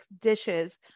dishes